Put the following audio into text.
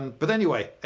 but anyway,